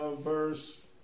verse